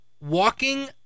walking